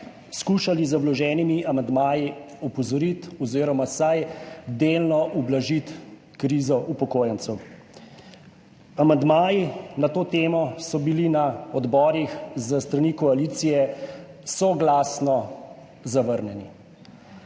skušali z vloženimi amandmaji opozoriti oziroma vsaj delno ublažiti krizo upokojencev. Amandmaji na to temo so bili na odborih s strani koalicije soglasno zavrnjeni.